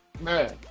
man